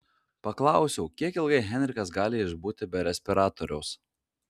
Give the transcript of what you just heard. paklausiau kiek ilgai henrikas gali išbūti be respiratoriaus